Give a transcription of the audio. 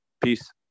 Peace